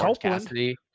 Cassidy